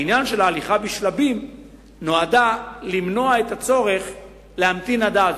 העניין של הליכה בשלבים נועד למנוע את הצורך להמתין עד אז,